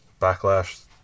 Backlash